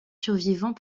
survivant